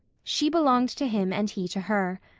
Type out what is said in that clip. she belonged to him and he to her.